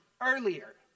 earlier